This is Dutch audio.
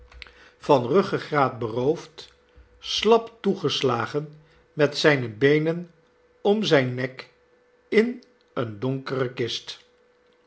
van ruggegraat beroofd slap toegeslagen met zijne beenen om zijn nek in eene donkere kist